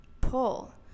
pull